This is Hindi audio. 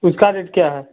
उसका रेट क्या है